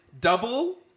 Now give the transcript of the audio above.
double